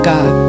God